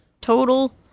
Total